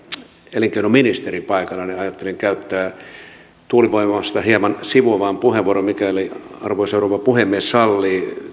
elinkeinoministeri paikalla niin ajattelin käyttää tuulivoimaa hieman sivuavan puheenvuoron mikäli arvoisa rouva puhemies sallii